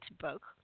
book